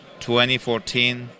2014